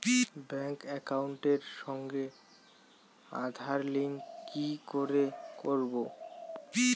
Bank একাউন্টের সঙ্গে Aadhaar link কি করে করবো?